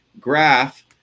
graph